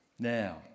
Now